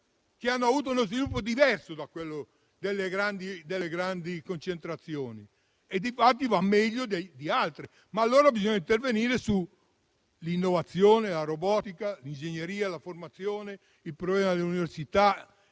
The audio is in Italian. che hanno avuto uno sviluppo diverso da quello delle grandi concentrazioni, difatti vanno meglio di altre. Bisogna intervenire allora sull'innovazione, la robotica, l'ingegneria, la formazione, il problema dell'università